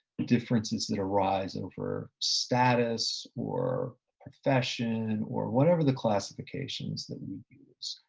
differences that arise over status, or profession, or whatever the classifications that we use.